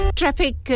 traffic